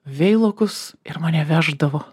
veilokus ir mane veždavo